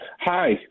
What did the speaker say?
Hi